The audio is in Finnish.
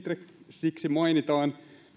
mainitaan